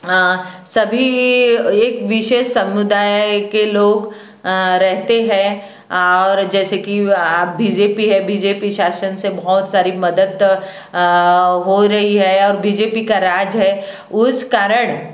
हाँ सभी एक विशेष समुदाय के लोग रहते हैं और जैसे कि बी जे पी है बी जे पी शासन से बहुत सारी मदद हो रही है और बी जे पी का राज है उस कारण